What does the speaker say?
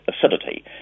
acidity